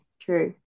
true